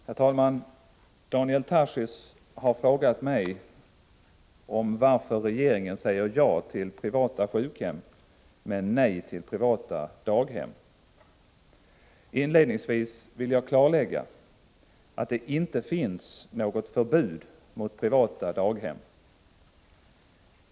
Herr talman! Daniel Tarschys har frågat mig om varför regeringen säger ja till privata sjukhem men nej till privata daghem. Inledningsvis vill jag klarlägga att det inte finns något förbud mot privata daghem.